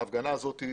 ההפגנה הזאת,